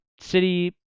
city